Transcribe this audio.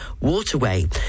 waterway